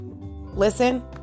Listen